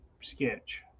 sketch